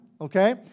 okay